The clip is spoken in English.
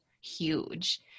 huge